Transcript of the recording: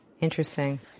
Interesting